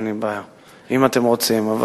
אין לי בעיה אם אתם רוצים.